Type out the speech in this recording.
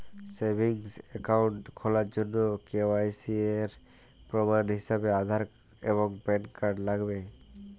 savings account খোলার জন্য KYC এর প্রমাণ হিসেবে আধার এবং প্যান কার্ড লাগবে